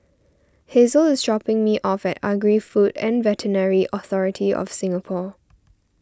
Hazle is dropping me off at Agri Food and Veterinary Authority of Singapore